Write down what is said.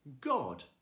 God